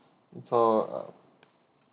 so uh